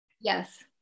Yes